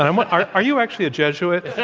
i are are you actually a jesuit?